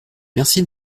merci